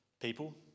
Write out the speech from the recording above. people